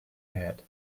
head